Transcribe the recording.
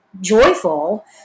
joyful